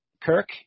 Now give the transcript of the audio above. Kirk